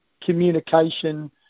communication